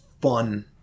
fun